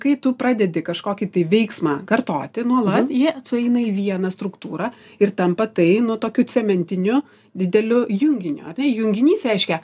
kai tu pradedi kažkokį tai veiksmą kartoti nuolat jie sueina į vieną struktūrą ir tampa tai nu tokiu cementiniu dideliu junginiu ar ne junginys reiškia